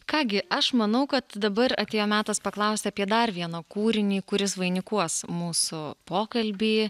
ką gi aš manau kad dabar atėjo metas paklausti apie dar vieną kūrinį kuris vainikuos mūsų pokalbį